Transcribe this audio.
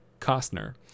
Costner